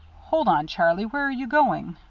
hold on, charlie, where are you going?